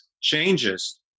changes